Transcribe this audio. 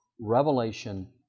revelation